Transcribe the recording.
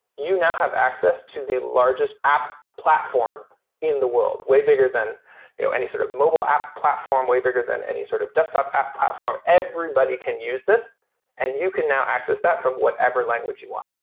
you now have access to the largest app platform in the world, way bigger than you know any sort of mobile app platform, way bigger than any sort of desktop app platform. everybody can use this and you can now access that from whatever language you want.